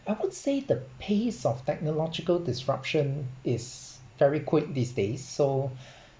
I would say the pace of technological disruption is very quick these days so